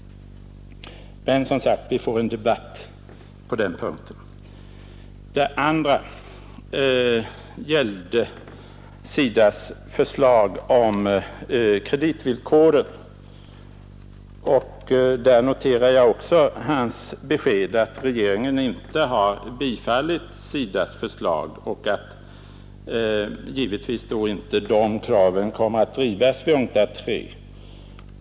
Men, som sagt, vi får en debatt på den punkten i början på maj. Den andra frågan gällde SIDA :s förslag om kreditvillkoren. Jag noterar beskedet från handelsministern att regeringen inte har bifallit SIDA:s förslag och att de kraven då givetvis inte kommer att drivas vid UNCTAD III.